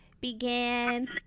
began